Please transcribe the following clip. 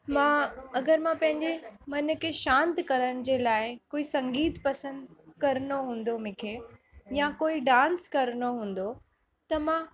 मां अगरि मां पंहिंजे मन खे शांति करण जे लाइ कोई संगीत पसंदि करिणो हूंदो मूंखे या कोई डांस करिणो हूंदो त मां